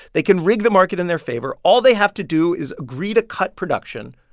they can rig the market in their favor. all they have to do is agree to cut production.